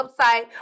website